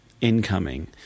incoming